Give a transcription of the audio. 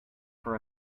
for